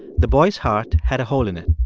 the boy's heart had a hole in it.